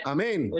Amen